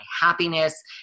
happiness